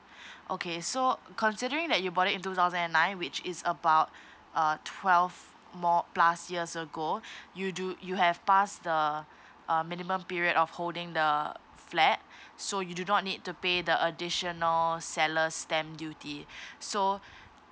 okay so considering that your bought it in two thousand and nine which is about uh twelve more plus years ago you do you have passed the uh minimum period of holding the flat so you do not need to pay the additional seller stamp duty so